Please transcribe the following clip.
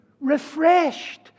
Refreshed